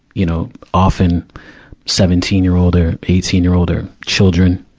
you know, often seventeen year old or eighteen year old or children.